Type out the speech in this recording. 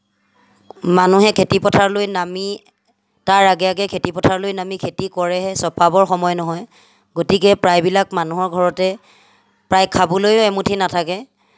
মানুহে খেতি পথাৰলৈ নামি তাৰ আগে আগে খেতি পথাৰলৈ নামি খেতি কৰেহে চপাবৰ সময় নহয় গতিকে প্ৰায়বিলাক মানুহৰ ঘৰতে প্ৰায় খাবলৈও এমুঠি নাথাকে